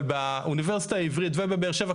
אבל באוניברסיטה העברית ובבאר שבע,